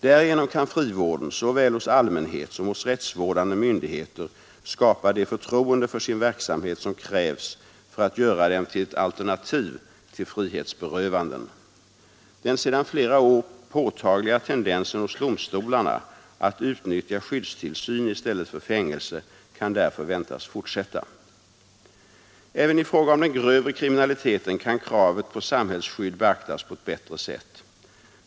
Därigenom kan frivården såväl hos allmänhet som hos rättsvårdande myndigheter skapa det förtroende för sin verksamhet som krävs för att göra den till ett alternativ till frihetsberövanden. Den sedan flera år påtagliga tendensen hos domstolarna att utnyttja skyddstillsyn i stället för fängelse kan därför väntas fortsätta. Även i fråga om den grövre kriminaliteten kan kravet på samhällsskydd beaktas på ett bättre sätt.